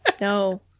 No